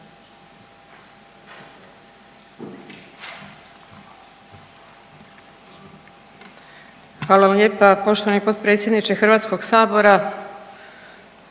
vam lijepa poštovani potpredsjedniče Hrvatskog sabora.